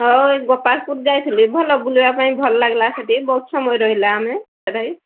ହଁ ଏଇ ଗୋପାଳପୁର ଯାଇଥିଲି ଭଲ ବୁଲିବା ପାଇଁ ଭଲ ଲାଗିଲା ସେଠି ବହୁତ ସମୟ ରହିଲା ଆମେ ସେଠି